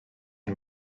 yng